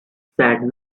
said